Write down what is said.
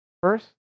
first